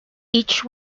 each